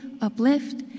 uplift